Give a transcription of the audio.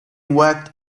worked